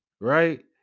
right